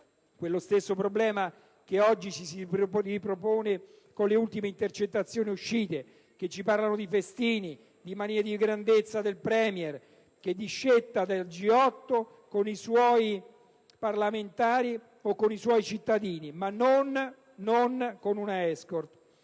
Quello stesso problema che oggi si ripropone con le ultime intercettazioni uscite, che ci parlano di festini, di manie di grandezza del *Premier*, che discetta del G8 non con i suoi parlamentari o con i suoi cittadini, ma con una *escort*!